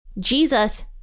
Jesus